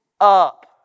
up